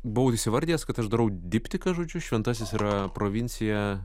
buvau įsivardijęs kad aš darau diptiką žodžiu šventasis yra provincija